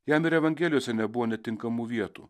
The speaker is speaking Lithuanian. jam ir evangelijose nebuvo netinkamų vietų